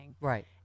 right